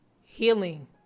healing